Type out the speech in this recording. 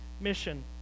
mission